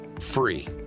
free